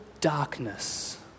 darkness